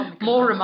More